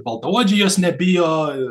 baltaodžiai jos nebijo